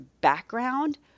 background